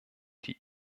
die